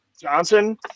Johnson